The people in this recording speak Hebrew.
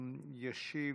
ישיב,